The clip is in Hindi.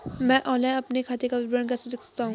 मैं ऑनलाइन अपने खाते का विवरण कैसे देख सकता हूँ?